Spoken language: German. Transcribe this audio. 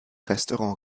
restaurant